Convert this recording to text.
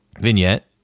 vignette